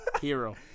Hero